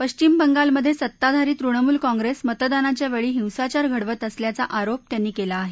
पश्चिम बंगालमधे सत्ताधारी तृणमूल काँग्रेस मतदानाच्या वेळी हिंसाचार घडवत असल्याचा आरोप त्यांनी केला आहे